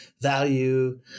value